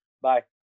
Bye